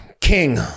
king